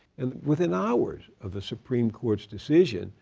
and within hours of the supreme court's decision,